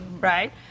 right